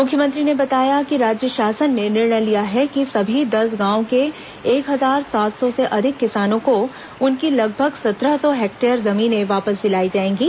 मुख्यमंत्री ने बताया कि राज्य शासन ने निर्णय लिया है कि सभी दस गांवों के एक हजार सात सौ से अधिक किसानों को उनकी लगभग सत्रह सौ हेक्टेयर जमीनें वापस दिलाई जाएंगी